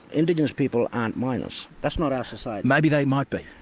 indigenous people aren't miners, that's not our society. maybe they might be.